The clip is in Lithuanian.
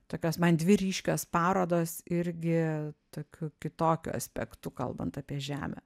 tokios man dvi ryškios parodos irgi tokiu kitokiu aspektu kalbant apie žemę